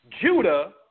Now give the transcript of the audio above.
Judah